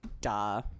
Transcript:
Duh